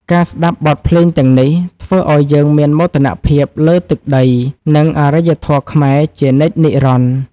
ការស្ដាប់បទភ្លេងទាំងនេះ ធ្វើឱ្យយើងមានមោទនភាពលើទឹកដី និងអរិយធម៌ខ្មែរជានិច្ចនិរន្តរ៍។